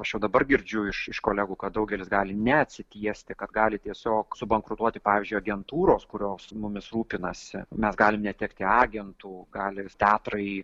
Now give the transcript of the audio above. aš jau dabar girdžiu iš iš kolegų kad daugelis gali neatsitiesti kad gali tiesiog subankrutuoti pavyzdžiui agentūros kurios mumis rūpinasi mes galim netekti agentų gali ir teatrai